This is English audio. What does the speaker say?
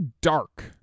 dark